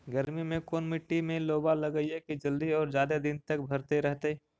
गर्मी में कोन मट्टी में लोबा लगियै कि जल्दी और जादे दिन तक भरतै रहतै?